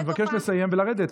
אני מבקש לסיים ולרדת.